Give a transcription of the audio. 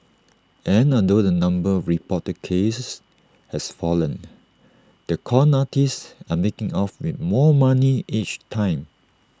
and although the number of reported cases has fallen the con artists are making off with more money each time